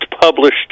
published